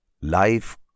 life